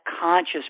conscious